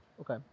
Okay